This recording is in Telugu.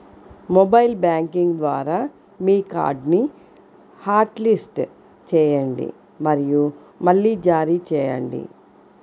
మొబైల్ బ్యాంకింగ్ ద్వారా మీ కార్డ్ని హాట్లిస్ట్ చేయండి మరియు మళ్లీ జారీ చేయండి